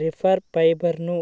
reaper బైండర్ను